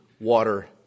water